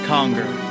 Conger